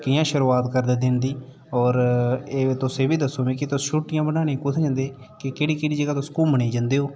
कियां शूरुआत करदे दिन दी होर तुस एह् बी दस्सो मिगी कि तुस छुट्टियां मनाने गी कुत्थै जंदे केह्ड़ी केह्ड़ी जगह् तुस घूमने गी जंदे हो ते